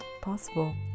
possible